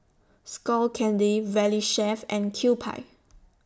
Skull Candy Valley Chef and Kewpie